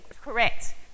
correct